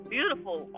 Beautiful